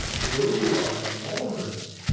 you are the mormons.